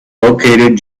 located